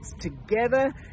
together